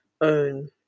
own